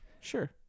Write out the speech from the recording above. sure